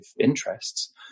interests